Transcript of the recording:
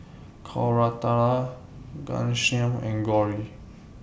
Koratala Ghanshyam and Gauri